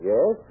Yes